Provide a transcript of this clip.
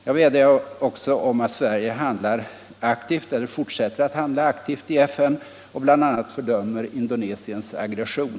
Jag vädjar också om att Sverige fortsätter att handla aktivt i FN och bl.a. fördömer Indonesiens aggression.